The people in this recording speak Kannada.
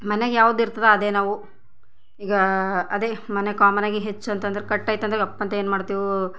ಮನೆಗೆ ಯಾವ್ದು ಇರ್ತದ ಅದೇ ನಾವು ಈಗ ಅದೆ ಮನೆಗೆ ಕಾಮನ್ ಆಗಿ ಹೆಚ್ಚು ಅಂತ ಅಂದ್ರೆ ಕಟ್ ಆಯ್ತು ಅಂದ್ರೆ ರಪ್ ಅಂತ ಏನು ಮಾಡ್ತೆವು